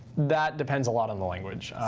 that depends a lot on the language.